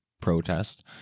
protest